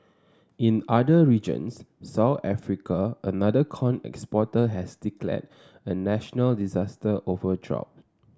in other regions South Africa another corn exporter has declared a national disaster over drought